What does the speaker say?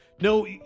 No